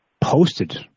posted